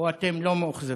או שאתם לא מאוכזבים?